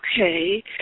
Okay